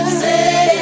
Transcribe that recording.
say